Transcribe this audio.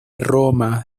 roma